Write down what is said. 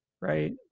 right